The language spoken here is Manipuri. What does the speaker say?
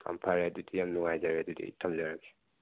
ꯌꯥꯝ ꯐꯔꯦ ꯑꯗꯨꯗꯤ ꯌꯥꯝ ꯅꯨꯉꯥꯏꯖꯔꯦ ꯑꯗꯨꯗꯤ ꯑꯩ ꯊꯝꯖꯔꯒꯦ